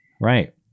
right